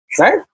right